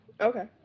Okay